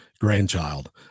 grandchild